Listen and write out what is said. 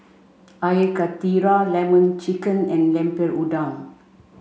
Air Karthira Lemon Chicken and Lemper Udang